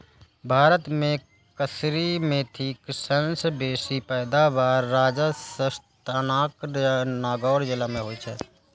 भारत मे कसूरी मेथीक सबसं बेसी पैदावार राजस्थानक नागौर जिला मे होइ छै